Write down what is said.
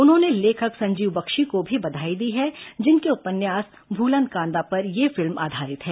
उन्होंने लेखक संजीव बख्शी को भी बधाई दी है जिनके उपन्यास भूलन कांदा पर यह फिल्म आधारित है